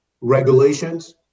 regulations